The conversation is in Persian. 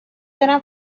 دارم